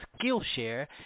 Skillshare